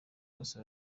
bose